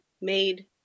made